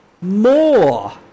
more